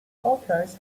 boaters